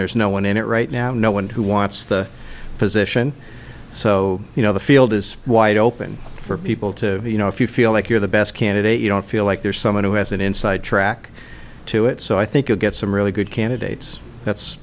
there's no one in it right now no one who wants the position so you know the field is wide open for people to you know if you feel like you're the best candidate you don't feel like there's someone who has an inside track to it so i think you get some really good candidates that's